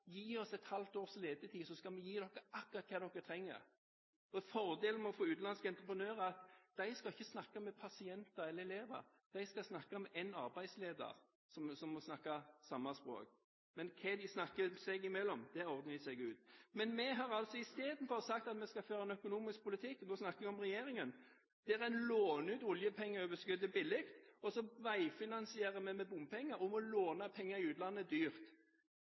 Gi oss et halvt års letetid, så skal vi gi dere akkurat det dere trenger. Fordelen med å få utenlandske entreprenører er at de ikke skal snakke med pasienter eller elever. De skal snakke med en arbeidsleder, som må snakke samme språk. Men hva de snakker om seg imellom, ordner de selv. Vi har istedenfor sagt at vi skal føre en økonomisk politikk – nå snakker vi om regjeringen. Der låner en ut oljepengeoverskuddet billig, og så veifinansierer vi med bompenger. Å låne penger i utlandet er dyrt.